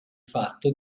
fatto